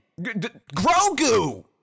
Grogu